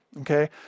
okay